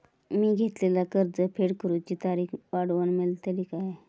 मी घेतलाला कर्ज फेड करूची तारिक वाढवन मेलतली काय?